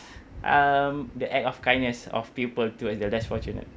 um the act of kindness of people towards the less fortunate